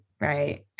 right